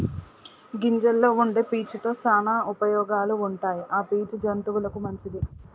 గింజల్లో వుండే పీచు తో శానా ఉపయోగాలు ఉంటాయి ఆ పీచు జంతువులకు మంచిది